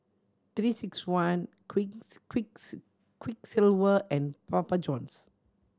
Three Six One Quick Quick Quiksilver and Papa Johns